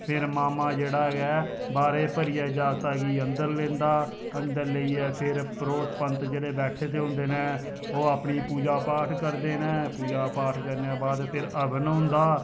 फिर मामा जेह्ड़ा ऐ बारे भरियै जागता गी अंदर लैंदा अंदर लेइयै फिर परोह्त पंत जेह्ड़े बैठे दे होंदे न ओह् अपनी पूजा पाठ करदे न पूजा पाठ करने दे बाद फिर हवन होंदा